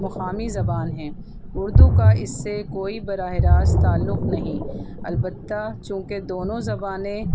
مقامی زبان ہے اردو کا اس سے کوئی براہ راست تعلق نہیں البتہ چونکہ دونوں زبانیں